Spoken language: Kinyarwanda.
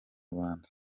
rwanda